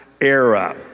era